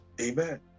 Amen